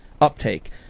uptake